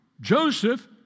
Joseph